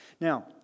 Now